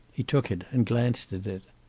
he took it and glanced at it.